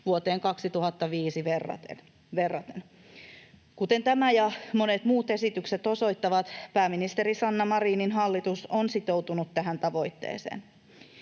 vuoteen 2005 verraten. Kuten tämä ja monet muut esitykset osoittavat, pääministeri Sanna Marinin hallitus on sitoutunut tähän tavoitteeseen.